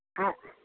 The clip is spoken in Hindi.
आ